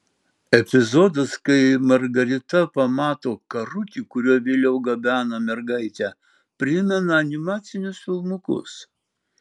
epizodas kai margarita pamato karutį kuriuo vėliau gabena mergaitę primena animacinius filmukus